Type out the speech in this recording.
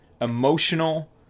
emotional